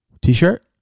T-shirt